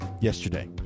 yesterday